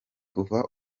kuva